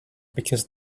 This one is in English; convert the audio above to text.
because